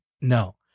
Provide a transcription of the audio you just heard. No